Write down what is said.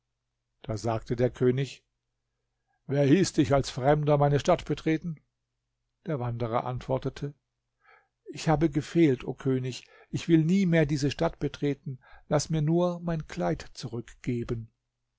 da sagte der könig wer hieß dich als fremder meine stadt betreten der wanderer antwortete ich habe gefehlt o könig ich will nie mehr diese stadt betreten laß mir nur mein kleid zurückgeben